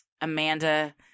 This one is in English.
Amanda